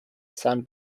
san